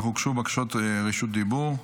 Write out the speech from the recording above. אך הוגשו בקשות רשות דיבור.